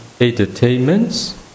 entertainments